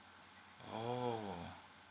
oh